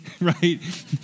right